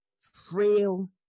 frail